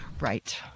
right